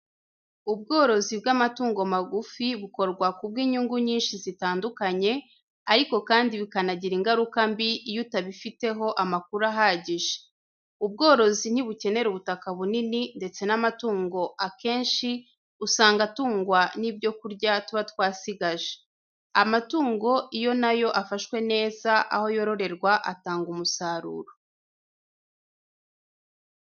Ubworozi bw’amatungo magufi bukorwa ku bw’inyungu nyinshi zitandukanye, ariko kandi bikanagira ingaruka mbi iyo utabifiteho amakuru ahagije, ubworozi ntibukenera ubutaka bunini ndetse n’amatungo akenshi usanga atungwa n'ibyo kurya tuba twasigaje. Amatungo iyo na yo afashwe neza aho yororerwa atanga umusaruro.